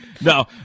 No